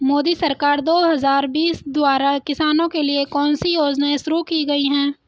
मोदी सरकार दो हज़ार बीस द्वारा किसानों के लिए कौन सी योजनाएं शुरू की गई हैं?